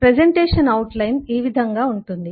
presentation outline ఈ విధంగా ఉంటుంది